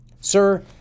Sir